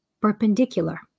perpendicular